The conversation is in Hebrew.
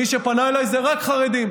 מי שפנה אליי זה רק חרדים,